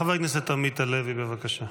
חבר הכנסת עמית הלוי, בבקשה.